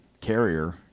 carrier